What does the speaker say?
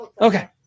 Okay